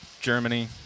Germany